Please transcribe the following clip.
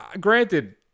granted